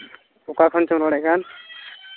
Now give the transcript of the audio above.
ᱚᱠᱟ ᱠᱷᱚᱱ ᱪᱚᱢ ᱨᱚᱲᱮᱫ ᱠᱟᱱ